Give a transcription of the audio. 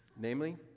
namely